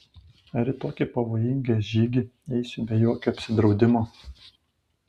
ar į tokį pavojingą žygį eisiu be jokio apsidraudimo